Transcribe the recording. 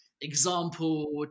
example